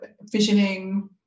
visioning